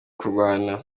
kurwana